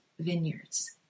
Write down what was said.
vineyards